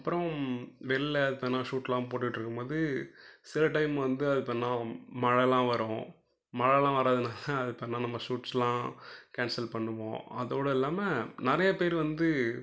அப்புறம் வெளில ஏதுனா ஷூட்டெலாம் போட்டுகிட்டு இருக்கும்போது சில டைம் வந்து அப்போ என்னாகும் மழைலாம் வரும் மழைலாம் வருதுனால அதுக்கு தகுந்த மாதிரி நம்ம ஷூட்ஸ்லாம் கேன்சல் பண்ணுவோம் அதோடு இல்லாமல் நிறைய பேர் வந்து